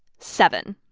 seven.